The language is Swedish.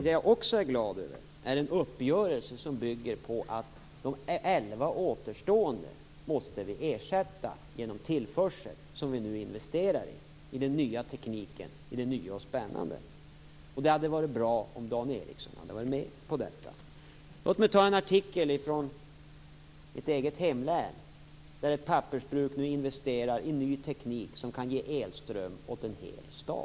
Men jag är också glad över en uppgörelse som bygger på att de elva återstående måste ersättas med tillförsel i ny och spännande teknik - och som det nu sker investeringar i. Det hade varit bra om Dan Ericsson hade varit med på detta. I en artikel i en tidning från mitt eget hemlän framgår det att ett pappersbruk investerar i ny teknik som kan ge elström åt en hel stad.